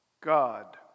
God